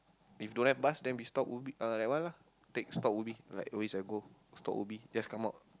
if don't have bus then we stop Ubi uh that one lah take stop Ubi like waste and go stop Ubi just come out